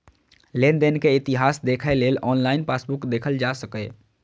लेनदेन के इतिहास देखै लेल ऑनलाइन पासबुक देखल जा सकैए